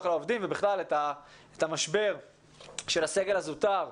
לעובדים ובכלל את המשבר של הסגל הזוטר,